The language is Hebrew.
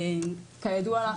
כידוע לך,